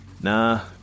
nah